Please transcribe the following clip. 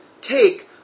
take